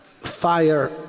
fire